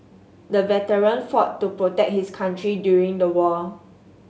the veteran fought to protect his country during the war